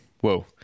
whoa